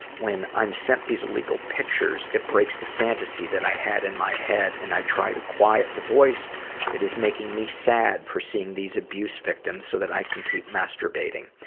when i'm sent these illegal pictures, it breaks the fantasy that i had in my head, and i try to quiet the voice that is making me sad for seeing these abuse victims so that i can keep masturbating.